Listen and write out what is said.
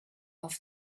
off